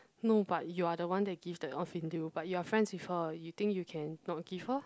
no but you are the one that give the off in lieu but you are friends with her you think you can not give her